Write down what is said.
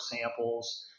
samples